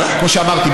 כמו שאמרתי,